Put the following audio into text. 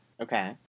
okay